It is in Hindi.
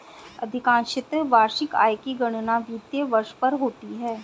अधिकांशत वार्षिक आय की गणना वित्तीय वर्ष पर होती है